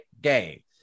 game